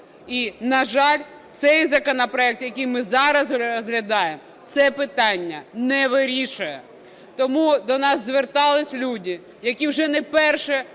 і, на жаль, цей законопроект, який ми зараз розглядаємо, це питання не вирішує. Тому до нас звертались люди, які вже не вперше